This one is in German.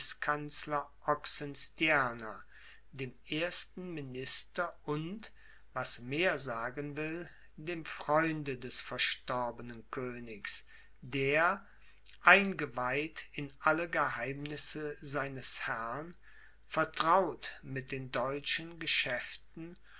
reichskanzler oxenstierna dem ersten minister und was mehr sagen will dem freunde des verstorbenen königs der eingeweiht in alle geheimnisse seines herrn vertraut mit den deutschen geschäften